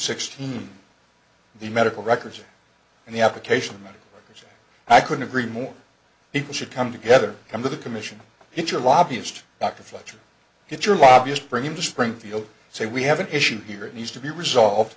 sixteen the medical records and the application that i couldn't agree more people should come together come to the commission hit your lobbyist dr fletcher get your lobbyist bring him to springfield say we have an issue here it needs to be resolved